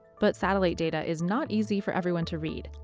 but satellite data is not easy for everyone to read.